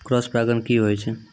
Cross परागण की होय छै?